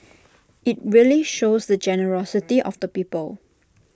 IT really shows the generosity of the people